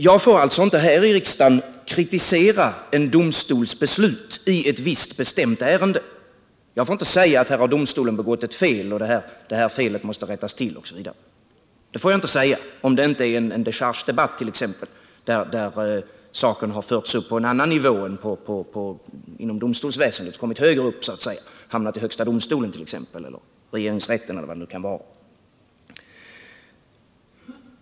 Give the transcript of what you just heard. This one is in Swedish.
Jag får alltså inte här i kammaren kritisera en domstols beslut i ett visst bestämt ärende. Jag får inte säga att domstolen begått ett fel och att detta fel måste rättas till. Det får jag inte säga, om det inte är fråga om en dechargedebatt, där saken förts upp på en annan nivå, kommit högre upp än inom domstolsväsendet, 1. ex. hamnat i högsta domstolen, regeringsrätten eller var det nu kan vara.